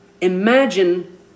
imagine